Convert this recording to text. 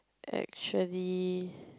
actually